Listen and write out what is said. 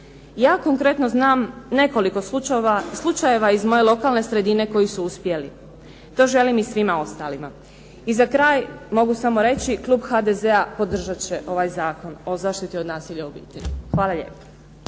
Ja konkretno znam nekoliko slučajeva iz moje lokalne sredine koji su uspjeli. To želim i svima ostalima. I za kraj mogu samo reći, klub HDZ-a podržat će ovaj zakon o zaštiti od nasilja u obitelji. Hvala lijepo.